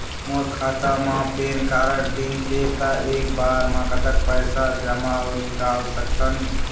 मोर खाता मा PAN card link हे ता एक बार मा कतक पैसा जमा अऊ निकाल सकथन?